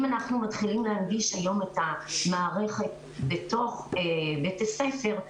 אם אנחנו מתחילים להנגיש היום את המערכת בתוך בית הספר,